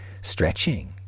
stretching